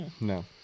No